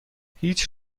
هیچ